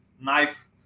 knife